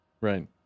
Right